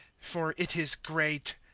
for it is great!